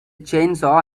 chainsaw